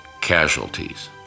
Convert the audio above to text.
casualties